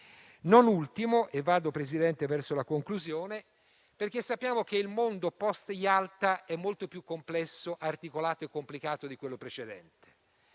non ultimo - e vado verso la conclusione - perché sappiamo che il mondo post-Yalta è molto più complesso, articolato e complicato di quello precedente.